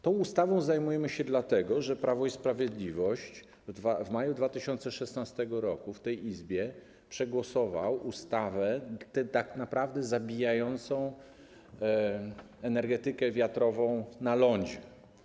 Tą ustawą zajmujemy się dlatego, że klub Prawo i Sprawiedliwość w maju 2016 r. w tej Izbie przegłosował ustawę, która tak naprawdę zabiła energetykę wiatrową na lądzie.